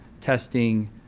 testing